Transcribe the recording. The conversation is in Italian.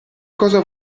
cosa